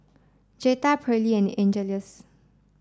Jetta Perley and Angeles